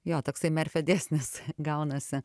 jo toksai merfio dėsnis gaunasi